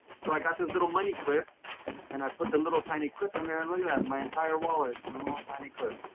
so i got this little money clip and i put the little tiny clip in there and look at my entire wallet and the little tiny clip.